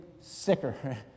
sicker